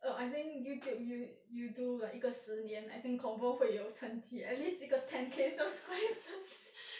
oh I think youtube you do like 一个十年 and I think confirm 会有成绩 at least 一个 ten K subscribers